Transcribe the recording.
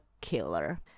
killer